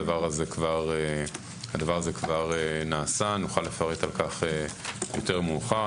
הדבר הזה כבר נעשה, נוכל לפרט על כך יותר מאוחר.